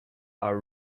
are